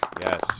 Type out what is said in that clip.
yes